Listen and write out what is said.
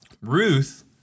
Ruth